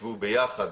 שיישבו ביחד